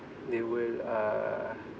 they will uh